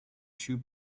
two